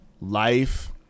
life